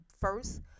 first